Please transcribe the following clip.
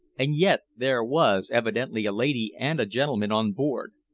and yet there was evidently a lady and a gentleman on board.